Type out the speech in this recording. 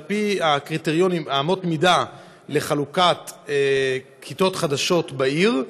פי אמות המידה לחלוקת כיתות חדשות בעיר,